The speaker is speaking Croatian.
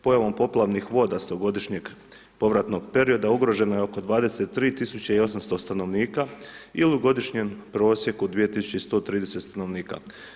Pojavom poplavnih voda 100-godišnjeg povratnog perioda ugroženo je oko 23.800 stanovnika il u godišnjem prosjeku 2.130 stanovnika.